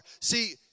See